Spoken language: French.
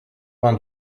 vingt